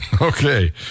Okay